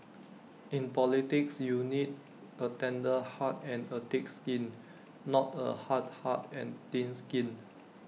in politics you need A tender heart and A thick skin not A hard heart and thin skin